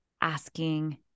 asking